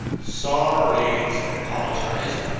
sorry, slim apologized.